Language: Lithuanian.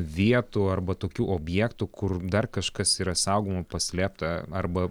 vietų arba tokių objektų kur dar kažkas yra saugoma paslėpta arba